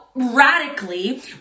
radically